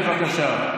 בבקשה.